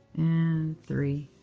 and three.